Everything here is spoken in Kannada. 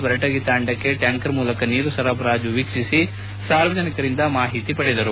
ಬರಟಗಿ ತಾಂಡಾಕ್ಕೆ ಟ್ಯಾಂಕರ್ ಮೂಲಕ ನೀರು ಸರಬರಾಜು ವೀಕ್ಷಿಸಿ ಸಾರ್ವಜನಿಕರಿಂದ ಮಾಹಿತಿ ಪಡೆದರು